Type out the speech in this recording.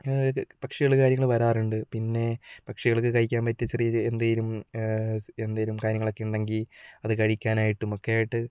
പക്ഷികൾ കാര്യങ്ങൾ വരാറുണ്ട് പിന്നെ പക്ഷികൾക്ക് കഴിക്കാൻ പറ്റിയ ചെറിയ എന്തെങ്കിലും എന്തെങ്കിലും കാര്യങ്ങളൊക്കെ ഉണ്ടെങ്കിൽ അത് കഴിക്കാനായിട്ടും ഒക്കെയായിട്ട്